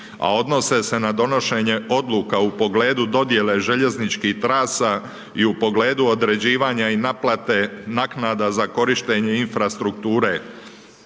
a odnose se na donošenje odluka u pogledu dodijele željezničkih trasa i u pogledu određivanja i naplate naknade za korištenje infrastrukture,